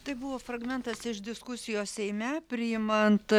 tai buvo fragmentas iš diskusijos seime priimant